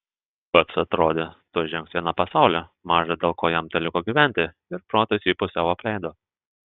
pats atrodė tuoj žengs į aną pasaulį maža dėl ko jam teliko gyventi ir protas jį pusiau apleido